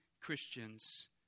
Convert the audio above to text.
Christians